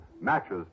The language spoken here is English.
matches